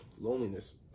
loneliness